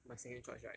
my second choice right